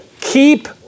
keep